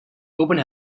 open